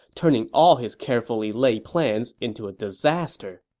turning all his carefully laid plans into a disaster